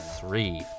three